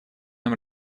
нам